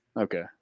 Okay